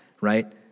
right